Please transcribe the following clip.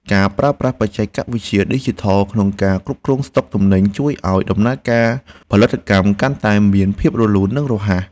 ការប្រើប្រាស់បច្ចេកវិទ្យាឌីជីថលក្នុងការគ្រប់គ្រងស្ដុកទំនិញជួយឱ្យដំណើរការផលិតកម្មកាន់តែមានភាពរលូននិងរហ័ស។